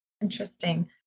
Interesting